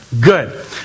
Good